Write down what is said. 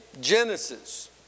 Genesis